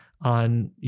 on